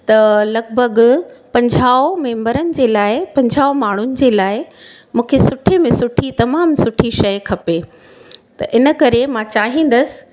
त लॻिभॻि पंजाह मेम्बरनि जे लाइ पंजाह माण्हुनि जे लाइ मूंखे सुठे में सुठी तमामु सुठी शइ खपे त इन करे मां चाहींदसि